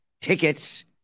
tickets